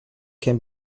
can